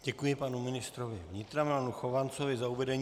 Děkuji panu ministrovi vnitra Milanu Chovancovi za uvedení.